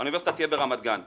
האוניברסיטה תהיה ברמת גן,